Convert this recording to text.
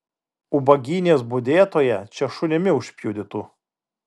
ubagynės budėtoją čia šunimi užpjudytų